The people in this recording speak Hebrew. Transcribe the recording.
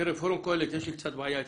פורום קוהלת, יש לי קצת בעיה אתכם.